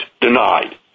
denied